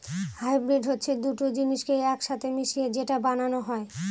hybrid হচ্ছে দুটো জিনিসকে এক সাথে মিশিয়ে যেটা বানানো হয়